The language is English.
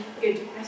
Good